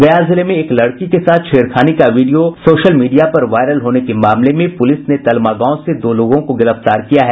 गया जिले में एक लड़की के साथ छेड़खानी का वीडियो सोशल मीडिया पर वायरल होने के मामले में पुलिस ने तलमा गांव से दो लोगों को गिरफ्तार किया है